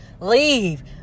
leave